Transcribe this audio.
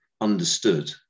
understood